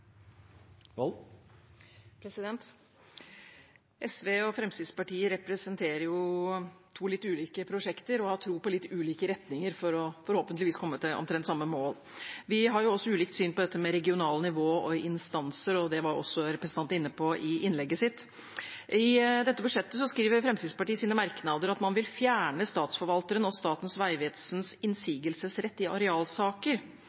SV og Fremskrittspartiet representerer jo to litt ulike prosjekter og har tro på litt ulike retninger for forhåpentligvis å komme til omtrent samme mål. Vi har også ulikt syn på dette med regionale nivå og instanser, og det var representanten inne på i innlegget sitt. I dette budsjettet skriver Fremskrittspartiet i sine merknader at man vil fjerne Statsforvalterens og Statens